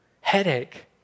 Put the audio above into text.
headache